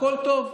הכול טוב,